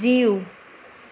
जीउ